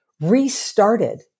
restarted